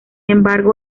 embargo